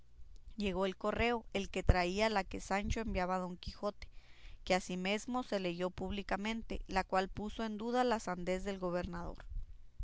llegó el correo el que traía la que sancho enviaba a don quijote que asimesmo se leyó públicamente la cual puso en duda la sandez del gobernador